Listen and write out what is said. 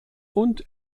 und